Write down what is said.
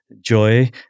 joy